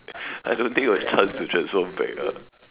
I don't think will have chance to transform back ah